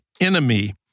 enemy